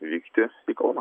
vykti į kauną